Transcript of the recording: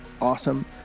awesome